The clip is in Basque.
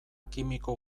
kimiko